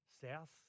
South